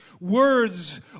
Words